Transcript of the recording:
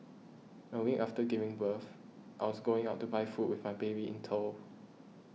a week after giving birth I was going out to buy food with my baby in tow